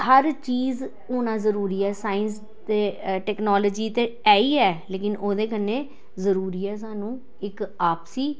हर चीज़ होना जरूरी ऐ साइंस ते टेक्नोलॉजी ते ऐ ही ऐ लेकिन ओह्दे कन्नै जरूरी ऐ सानूं इक आपसी